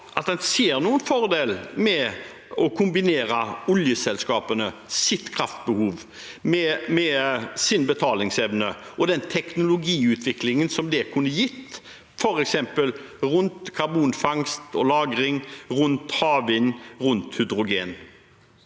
Ser en noen fordel med å kombinere oljeselskapenes kraftbehov med deres betalingsevne og den teknologiutviklingen som det kunne ha gitt, f.eks. rundt karbonfangst og -lagring, rundt havvind og rundt hydrogen?